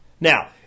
Now